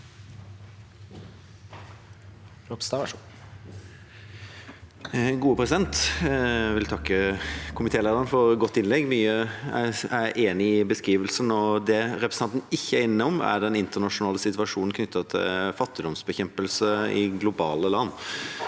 Jeg vil takke komitélederen for et godt innlegg. Jeg er enig i mye av beskrivelsen. Det representanten ikke er innom, er den internasjonale situasjonen knyttet til fattigdomsbekjempelse i globale land.